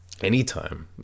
anytime